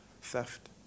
theft